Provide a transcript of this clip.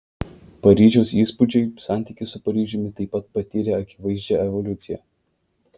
paryžiaus įspūdžiai santykis su paryžiumi taip pat patyrė akivaizdžią evoliuciją